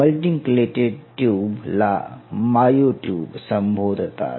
multinucleated tube ला myotube संबोधतात